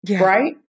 right